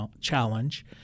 Challenge